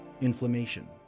inflammation